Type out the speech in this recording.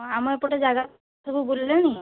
ହଁ ଆମ ଏପଟେ ଜାଗା ସବୁ ବୁଲିଲେଣି